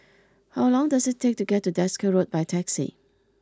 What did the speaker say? how long does it take to get to Desker Road by taxi